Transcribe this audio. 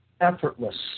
effortless